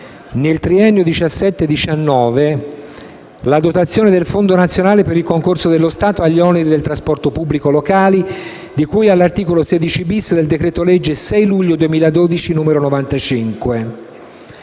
il triennio 2017-2019, la dotazione del Fondo nazionale per il concorso dello Stato agli oneri del trasporto pubblico locale, di cui all'articolo 16-*bis* del decreto-legge 6 luglio 2012, n 95,